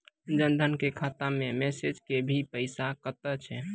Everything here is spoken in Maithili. जन धन के खाता मैं मैसेज के भी पैसा कतो छ?